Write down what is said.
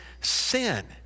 sin